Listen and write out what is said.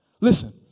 Listen